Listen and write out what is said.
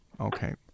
okay